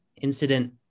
incident